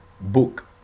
book